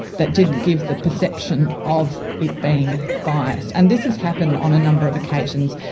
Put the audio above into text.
that didn't give the perception of it being biased. and this has happened on a number of occasions,